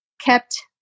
kept